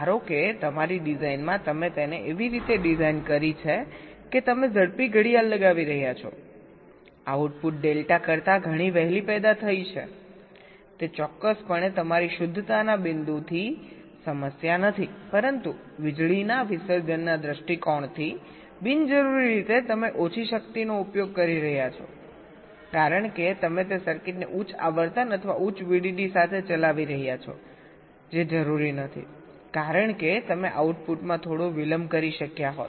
ધારો કે તમારી ડિઝાઇનમાં તમે તેને એવી રીતે ડિઝાઇન કરી છે કે તમે ઝડપી ક્લોક લગાવી રહ્યા છો આઉટપુટ ડેલ્ટા કરતા ઘણી વહેલી પેદા થાય છેતે ચોક્કસપણે તમારી શુદ્ધતાના બિંદુથી સમસ્યા નથી પરંતુ વીજળીના વિસર્જનના દૃષ્ટિકોણથી બિનજરૂરી રીતે તમે ઓછી શક્તિનો ઉપયોગ કરી રહ્યા છો કારણ કે તમે તે સર્કિટને ઉચ્ચ આવર્તન અથવા ઉચ્ચ VDD સાથે ચલાવી રહ્યા છો જે જરૂરી નથી કારણ કે તમે આઉટપુટમાં થોડો વિલંબ કરી શક્યા હોત